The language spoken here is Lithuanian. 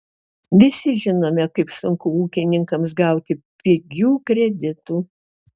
visi žinome kaip sunku ūkininkams gauti pigių kreditų